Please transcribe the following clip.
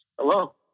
Hello